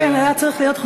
היה צריך להיות חוק לפניך,